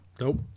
Nope